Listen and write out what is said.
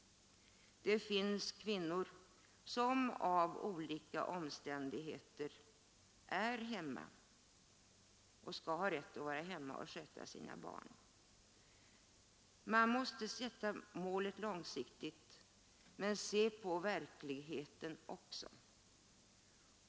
Det finns kvinnor som av olika omständigheter är hemma och skall ha rätt att vara hemma och sköta sina barn. Man måste sätta målet långsiktigt, men se på verkligheten också.